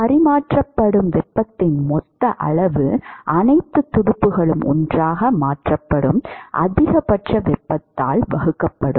பரிமாற்றப்படும் வெப்பத்தின் மொத்த அளவு அனைத்து துடுப்புகளும் ஒன்றாக மாற்றப்படும் அதிகபட்ச வெப்பத்தால் வகுக்கப்படும்